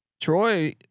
Troy